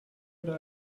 oder